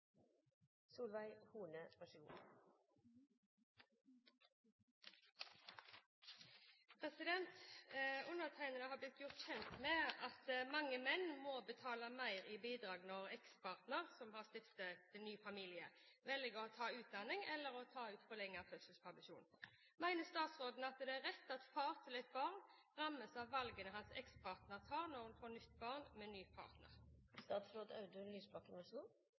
blitt gjort kjent med at mange menn må betale mer i bidrag når ekspartner som har stiftet ny familie, velger å ta mer utdanning eller tar ut forlenget fødselspermisjon. Mener statsråden det er rett at far til et barn rammes av valgene hans ekspartner tar når hun får nytt barn med ny partner?»